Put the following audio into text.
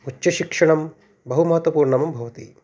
उच्चशिक्षणं बहु महत्त्वपूर्णं भवति